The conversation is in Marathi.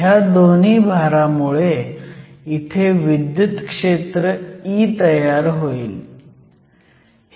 हया दोन्ही भारामुळे इथे विद्युत क्षेत्र E तयार होईल